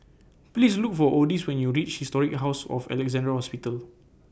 Please Look For Odis when YOU REACH Historic House of Alexandra Hospital